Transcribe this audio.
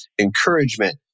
Encouragement